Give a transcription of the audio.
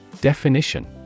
Definition